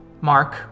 Mark